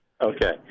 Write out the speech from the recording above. Okay